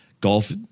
Golf